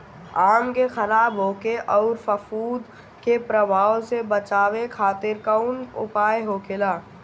आम के खराब होखे अउर फफूद के प्रभाव से बचावे खातिर कउन उपाय होखेला?